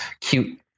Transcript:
cute